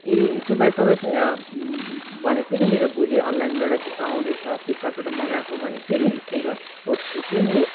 ए हिजो मैले तपाईसँग भनेको थिएँ नि मेरो भोलि अनलाइनमा एउटा जुत्ता आउँदैछ फ्लिपकार्टबाट मगाएको भनेको थिएँ नि स्निकर स्पोर्टस् सू थियो नि